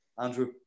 Andrew